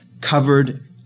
covered